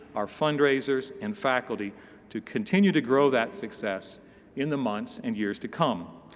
our fundraisers, and faculty to continue to grow that success in the months and years to come.